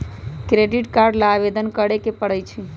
credit card ला आवेदन करे के परई छई